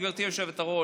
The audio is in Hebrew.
גברתי היושבת-ראש,